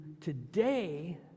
today